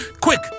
Quick